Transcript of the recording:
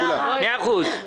מאה אחוז.